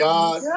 God